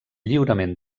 lliurament